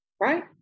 Right